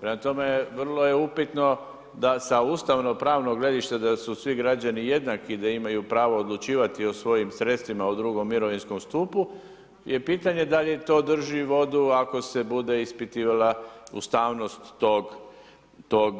Prema tome, vrlo je upitno da sa ustavno-pravnog gledišta da su svi građani jednaki, da imaju pravo odlučivati o svojim sredstvima u drugom mirovinskom stupu je pitanje da li je to drži vodu ako se bude ispitivala ustavnost tog